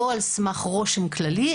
לא על סמך רושם כללי,